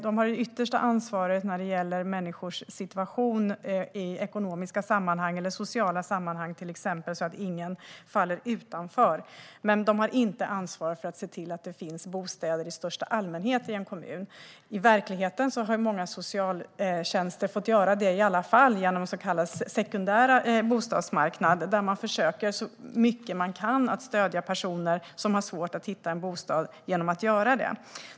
De har det yttersta ansvaret när det gäller människors situation i ekonomiska eller sociala sammanhang, till exempel, så att ingen faller utanför. Men de har inte ansvar för att se till att det finns bostäder i största allmänhet i en kommun. I verkligheten har många socialtjänster fått göra det i alla fall genom det som kallas den sekundära bostadsmarknaden där man försöker så mycket man kan att stödja personer som har svårt att hitta en bostad genom att göra det åt dem.